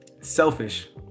Selfish